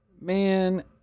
man